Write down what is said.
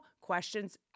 questions